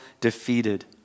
defeated